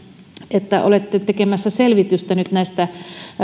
että olette tekemässä selvitystä nyt näistä